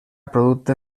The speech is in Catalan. producte